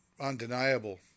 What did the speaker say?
undeniable